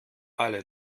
alle